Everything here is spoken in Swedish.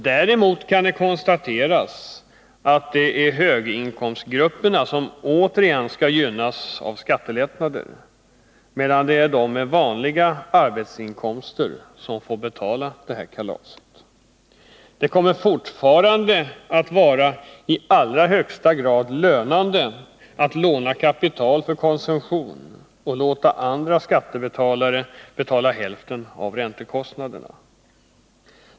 Däremot kan det konstateras att det är höginkomstgrupperna som återigen skall gynnas av skattelättnader, medan det är de med vanliga arbetsinkomster som får betala kalaset. Det kommer fortfarande att vara i allra högsta grad lönande att låna kapital för konsumtion och låta andra skattebetalare betala hälften av räntekostnaderna.